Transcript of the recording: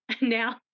Now